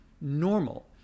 normal